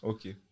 Okay